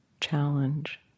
challenge